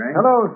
Hello